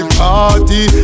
party